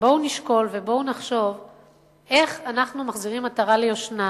בואו נשקול ובואו נחשוב איך אנחנו מחזירים עטרה ליושנה